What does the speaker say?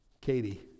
Katie